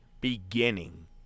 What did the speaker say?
beginning